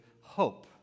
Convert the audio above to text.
hope